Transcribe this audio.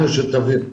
אנחנו שותפים.